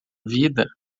vida